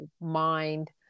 mind